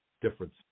difference